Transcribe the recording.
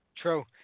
True